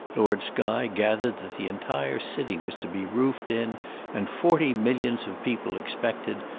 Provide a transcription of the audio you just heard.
lord skye gathered that the entire city was to be roofed in and forty millions of people expected,